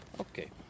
Okay